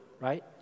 right